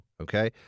okay